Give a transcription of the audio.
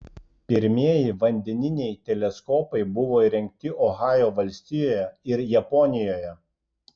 pirmieji vandeniniai teleskopai buvo įrengti ohajo valstijoje ir japonijoje